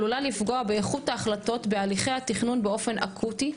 עלולה לפגוע באיכות ההחלטות בהליכי התכנון באופן אקוטי,